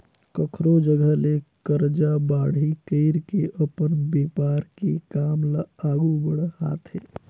कखरो जघा ले करजा बाड़ही कइर के अपन बेपार के काम ल आघु बड़हाथे